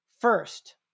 First